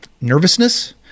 nervousness